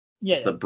Yes